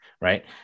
right